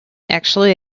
actually